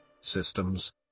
systems